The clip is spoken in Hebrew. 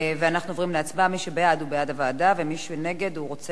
מי שבעד הוא בעד הוועדה ומי שנגד הוא רוצה להסיר את הנושא מסדר-היום.